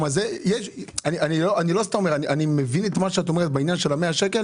אני מבין את מה שאת אומרת בעניין של ה-100 שקלים